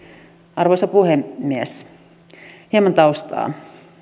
arvoisa puhemies hieman taustaa